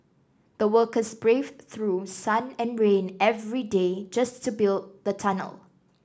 the workers braved through sun and rain every day just to build the tunnel